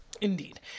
Indeed